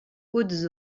hautes